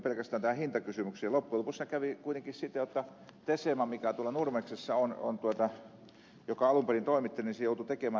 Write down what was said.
loppujen lopuksi siinä kävi kuitenkin siten jotta tesema joka tuolla nurmeksessa on ja joka alun perin toimitti joutui tekemään tälle virolaiselle firmalle nämä sukat